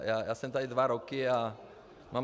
Já jsem tady dva roky a mám...